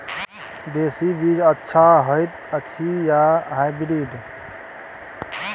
देसी बीज अच्छा होयत अछि या हाइब्रिड?